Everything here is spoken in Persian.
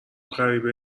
غریبه